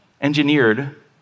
engineered